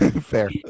fair